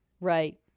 Right